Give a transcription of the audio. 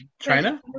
China